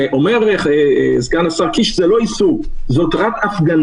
אומר סגן השר קיש שזה לא איסור, זאת רק הפגנה.